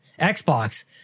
Xbox